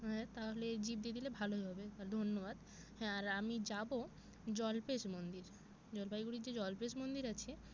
হ্যাঁ তাহলে জিপ দিয়ে দিলে ভালোই হবে আর ধন্যবাদ হ্যাঁ আর আমি যাবো জল্পেশ মন্দির জলপাইগুড়ির যে জল্পেশ মন্দির আছে